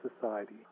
society